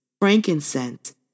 Frankincense